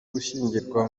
gushyingirwa